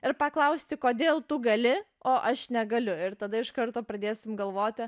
ir paklausti kodėl tu gali o aš negaliu ir tada iš karto pradėsim galvoti